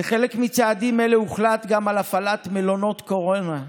כחלק מהצעדים הוחלט על הפעלת מלונות קורונה,